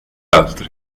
altri